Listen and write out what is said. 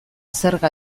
zerga